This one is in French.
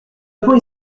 avons